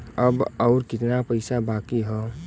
अब अउर कितना पईसा बाकी हव?